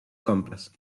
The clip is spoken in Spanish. compras